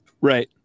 Right